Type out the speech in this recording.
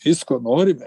visko norime